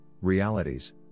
realities